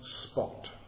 spot